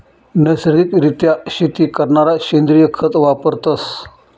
नैसर्गिक रित्या शेती करणारा सेंद्रिय खत वापरतस